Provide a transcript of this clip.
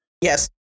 Yes